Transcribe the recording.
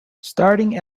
starting